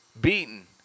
beaten